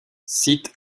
site